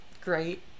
great